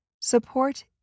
Support